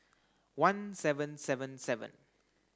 one seven seven seven